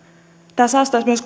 tämä säästäisi myös